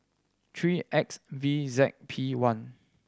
three X V Z P one